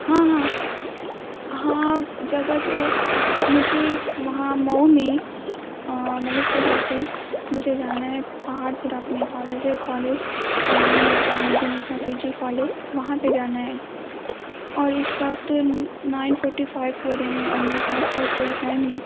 ہاں ہاں ہاں جگہ تو مجھے وہاں مئو میں ملک ٹولہ سے مجھے جانا ہے پہاڑ پورہ اپنے کالج ہے کالج کا نام ہے Taleem Uddin Niswan P G college وہاں پہ جانا ہے اور اس وقت نائن فورٹی فائف ہو رہے ہیں اور میرے ساتھ کا کوئی ہے نہیں